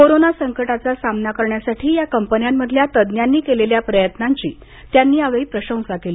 corona संकटाचा सामना करण्यासाठी या कंपन्यांमधल्या तज्ञांनी केलेल्या प्रयत्नांची त्यांची प्रशंसा केली